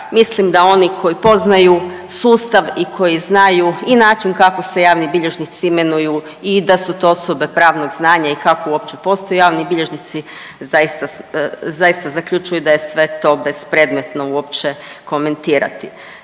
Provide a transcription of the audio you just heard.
Mislim da oni koji poznaju sustav i koji znaju i način kako se javni bilježnici imenuju i da su to osobe pravnog znanja i kako uopće postoje javni bilježnici zaista zaključuju da je sve to bespredmetno uopće komentirati.